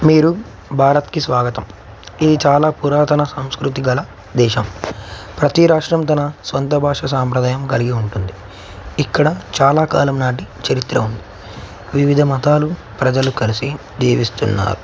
మీరు భారతకి స్వాగతం ఇది చాలా పురాతన సంస్కృతి గల దేశం ప్రతీ రాష్ట్రం తన సొంత భాష సాంప్రదాయం కలిగి ఉంటుంది ఇక్కడ చాలా కాలంనాటి చరిత్ర ఉంది వివిధ మతాలు ప్రజలు కలిసి జీవిస్తున్నారు